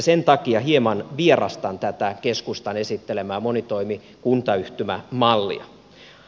sen takia hieman vierastan tätä keskustan esittelemää monitoimikuntayhtymämallia